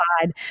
side